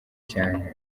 cyane